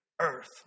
earth